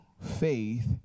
faith